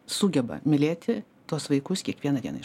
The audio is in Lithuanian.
sugeba mylėti tuos vaikus kiekvieną dieną